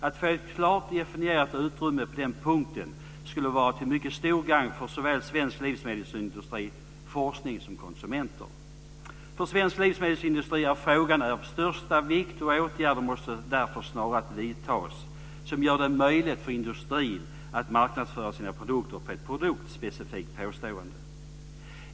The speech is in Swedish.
Att få ett klart definierat utrymme på den punkten skulle vara till mycket stort gagn för såväl svensk livsmedelsindustri och forskning som konsumenter. För svensk livsmedelsindustri är frågan av största vikt, och åtgärder måste därför snarast vidtas som gör det möjligt för industrin att marknadsföra sina produkter med produktspecifikt påstående.